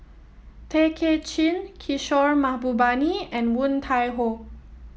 Tay Kay Chin Kishore Mahbubani and Woon Tai Ho